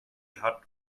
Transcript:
hat